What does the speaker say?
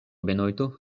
benojto